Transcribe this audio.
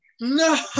no